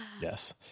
Yes